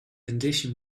condition